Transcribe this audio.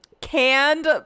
canned